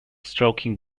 stroking